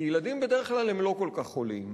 כי ילדים בדרך כלל הם לא כל כך חולים,